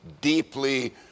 deeply